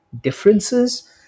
differences